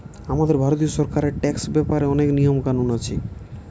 আমাদের ভারতীয় সরকারের ট্যাক্স ব্যাপারে অনেক নিয়ম কানুন আছে